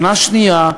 שנה שנייה,